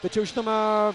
tačiau žinoma